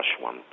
one